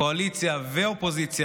קואליציה ואופוזיציה,